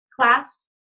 class